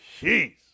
Jeez